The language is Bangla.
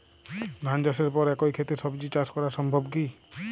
ধান চাষের পর একই ক্ষেতে সবজি চাষ করা সম্ভব কি?